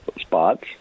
spots